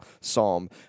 Psalm